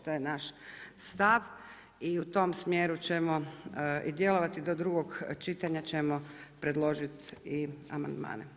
To je naš stav i u tom smjeru ćemo djelovati, do drugog čitanja, ćemo preložiti i amandmane.